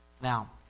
Now